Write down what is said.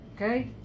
Okay